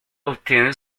obtiene